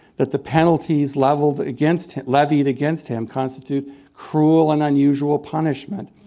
that the penalties leveled against levied against him constitute cruel and unusual punishment.